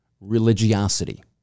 religiosity